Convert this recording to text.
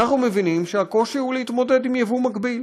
אנחנו מבינים שהקושי הוא להתמודד עם יבוא מקביל.